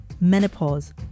Menopause